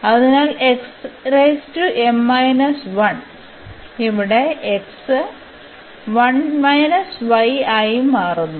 അതിനാൽ അതിനാൽ ഇവിടെ x ആയി മാറുന്നു